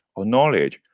or knowledge,